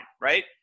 right